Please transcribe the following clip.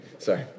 Sorry